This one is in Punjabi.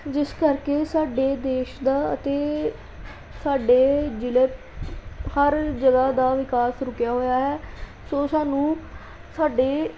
ਜਿਸ ਕਰਕੇ ਸਾਡੇ ਦੇਸ਼ ਦਾ ਅਤੇ ਸਾਡੇ ਜਿਲ੍ਹੇ ਹਰ ਜਗ੍ਹਾ ਦਾ ਵਿਕਾਸ ਰੁਕਿਆ ਹੋਇਆ ਹੈ ਸੋ ਸਾਨੂੰ ਸਾਡੇ